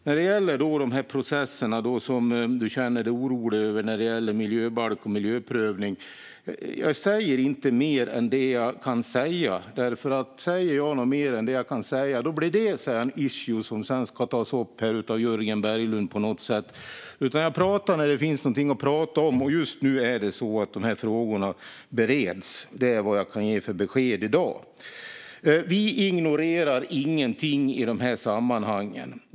När det gäller de processer som ledamoten känner sig orolig över när det gäller miljöbalken och miljöprövning säger jag inte mer än det som jag kan säga. Om jag säger något mer än det jag kan säga blir detta en issue som sedan ska tas upp här av Jörgen Berglund på något sätt. Jag pratar när det finns något att prata om, och just nu är det så att dessa frågor bereds. Det är det besked som jag kan ge i dag. Vi ignorerar ingenting i dessa sammanhang.